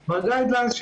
גייד-ליינס.